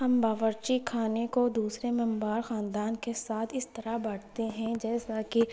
ہم باورچی خانے کو دوسرے ممبر خاندان کے ساتھ اس طرح بانٹتے ہیں جیسا کہ